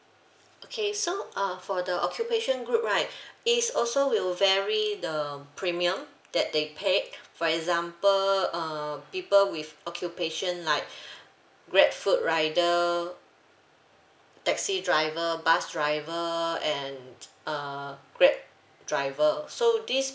okay so uh for the occupation group right is also will vary the premium that they paid for example err people with occupation like grabfood rider taxi driver bus driver and uh grab driver so these